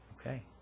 Okay